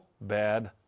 bad